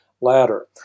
ladder